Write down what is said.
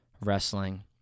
wrestling